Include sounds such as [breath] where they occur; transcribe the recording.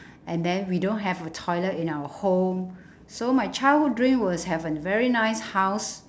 [breath] and then we don't have a toilet in our home [breath] so my childhood dream was have a very nice house